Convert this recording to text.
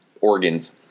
organs